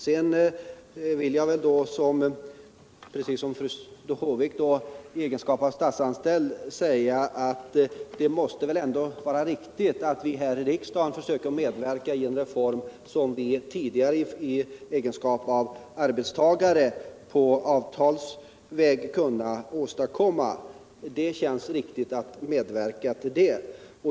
Sedan vill jag precis som fru Håvik i egenskap av statsanställd säga att det väl ändå måste vara riktigt att vi här i riksdagen försöker medverka till en reform som vi tidigare i egenskap av arbetstagare avtalsvägen kunnat åstadkomma. Det känns riktigt att medverka till det.